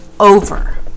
over